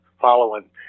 following